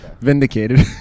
Vindicated